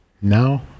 now